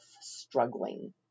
struggling